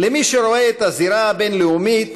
למי שרואה את הזירה הבין-לאומית